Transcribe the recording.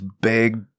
big